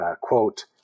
quote